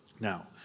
Now